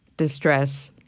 distress